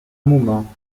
moment